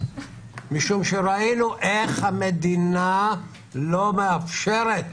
משום שראינו איך המדינה לא מאפשרת